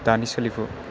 दानि सोलिफु